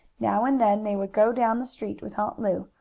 now and then they would go down the street with aunt lu,